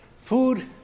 food